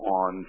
on